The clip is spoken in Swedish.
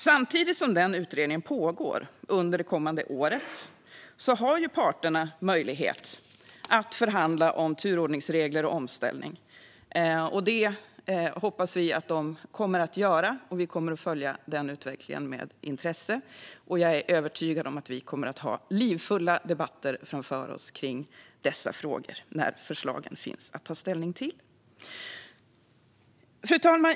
Samtidigt som denna utredning pågår under det kommande året har parterna möjlighet att förhandla om turordningsregler och omställning, och det hoppas vi att de kommer att göra. Vi kommer att följa utvecklingen med intresse, och jag är övertygad om att vi kommer att ha livfulla debatter framöver om dessa frågor när förslagen finns att ta ställning till. Fru talman!